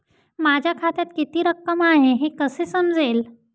माझ्या खात्यात किती रक्कम आहे हे कसे समजेल?